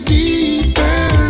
deeper